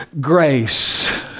grace